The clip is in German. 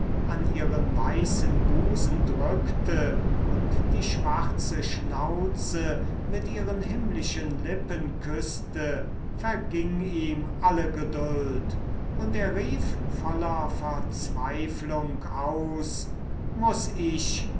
an ihren weißen busen drückte und die schwarze schnauze mit ihren himmlischen lippen küßte verging ihm alle geduld und er rief voller verzweiflung aus muß ich